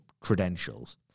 credentials